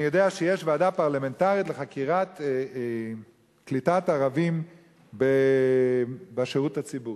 אני יודע שיש ועדה פרלמנטרית לחקירת קליטת ערבים בשירות הציבורי,